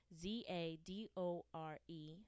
Z-A-D-O-R-E